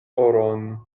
oron